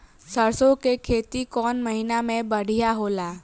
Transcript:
सरसों के खेती कौन महीना में बढ़िया होला?